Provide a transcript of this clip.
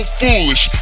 foolish